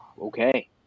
okay